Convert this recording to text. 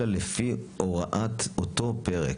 אלא לפי הוראת אותו פרק.